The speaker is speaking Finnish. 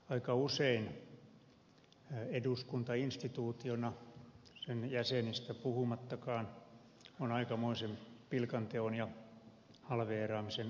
aika usein eduskunta instituutiona sen jäsenistä puhumattakaan on aikamoisen pilkanteon ja halveeraamisen kohteena